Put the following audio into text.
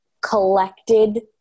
collected